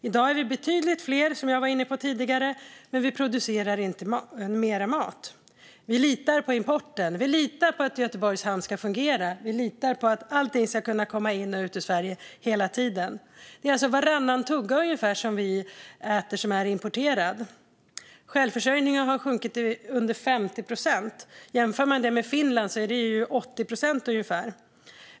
I dag är vi betydligt fler, som jag var inne på tidigare, men vi producerar inte mer mat. Vi litar på importen. Vi litar på att Göteborgs hamn ska fungera. Vi litar på att allting ska kunna komma in i och ut ur Sverige hela tiden. Ungefär varannan tugga vi äter är importerad. Självförsörjningsgraden har sjunkit till 50 procent. I Finland är den ungefär 80 procent.